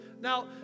Now